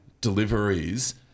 deliveries